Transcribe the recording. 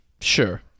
Sure